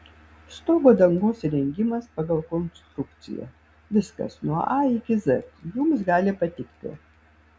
stogo dangos įrengimas pagal konstrukciją viskas nuo a iki z jums gali patikti